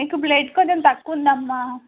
మీకు బ్లడ్ కొంచెం తక్కువవుందమ్మా